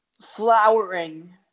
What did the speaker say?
Flowering